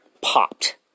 popped